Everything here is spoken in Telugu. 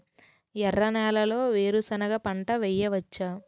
ఎర్ర నేలలో వేరుసెనగ పంట వెయ్యవచ్చా?